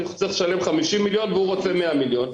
צריך לשלם 50 מיליון והוא רוצה 100 מיליון,